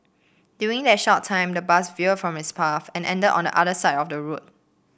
during that short time the bus veered from its path and ended on the other side of the road